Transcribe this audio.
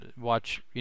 watch